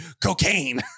cocaine